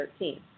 2013